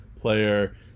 player